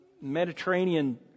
Mediterranean